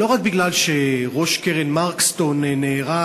לא רק מפני שראש קרן "מרקסטון" נהרג